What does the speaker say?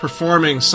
Performing